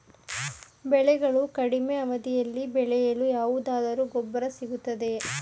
ಬೆಳೆಗಳು ಕಡಿಮೆ ಅವಧಿಯಲ್ಲಿ ಬೆಳೆಯಲು ಯಾವುದಾದರು ಗೊಬ್ಬರ ಸಿಗುತ್ತದೆಯೇ?